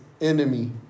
enemy